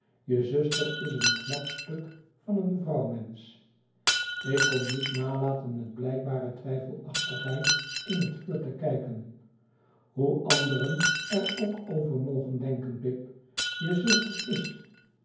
je zuster is een knap stuk van een vrouwmensch ik kon niet nalaten met blijkbare twijfelachtigheid in het vuur te kijken hoe anderen er ook over mogen denken pip je zuster is